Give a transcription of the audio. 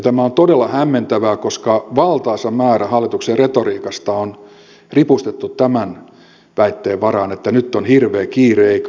tämä on todella hämmentävää koska valtaisa määrä hallituksen retoriikasta on ripustettu tämän väitteen varaan että nyt on hirveä kiire eikä ole aikaa vatuloida